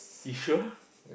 you sure